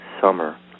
summer